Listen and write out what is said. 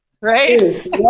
right